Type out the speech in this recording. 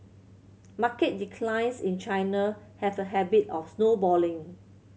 market declines in China have a habit of snowballing